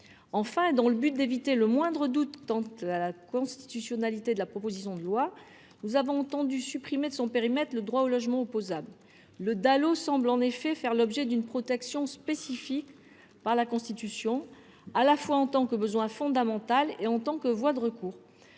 Enfin, afin d’éviter le moindre doute quant à la constitutionnalité de la présente proposition de loi, nous avons supprimé de son périmètre le droit au logement opposable. Le Dalo semble en effet faire l’objet d’une protection spécifique par la Constitution, à la fois en tant que besoin fondamental et en tant que voie de recours.